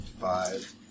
five